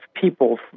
people